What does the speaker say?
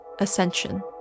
Ascension